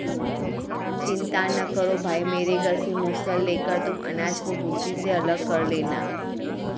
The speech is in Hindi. चिंता ना करो भाई मेरे घर से मूसल लेकर तुम अनाज को भूसी से अलग कर लेना